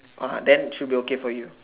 uh then should be okay for you